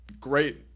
great